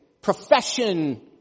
profession